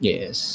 Yes